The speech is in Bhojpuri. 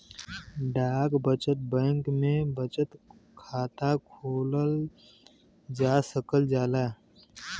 डाक बचत बैंक में बचत खाता खोलल जा सकल जाला